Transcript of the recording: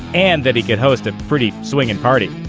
and that he could host a pretty swingin' party.